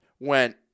Went